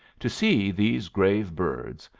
to see these grave birds,